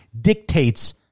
dictates